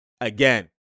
again